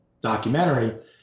documentary